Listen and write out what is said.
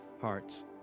hearts